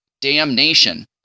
damnation